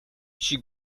she